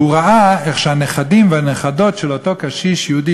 והוא ראה איך הנכדים והנכדות של אותו קשיש יהודי